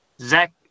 Zach